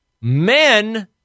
men